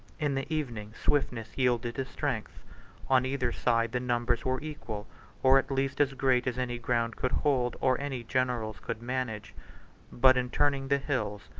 in the evening, swiftness yielded to strength on either side, the numbers were equal or at least as great as any ground could hold, or any generals could manage but in turning the hills,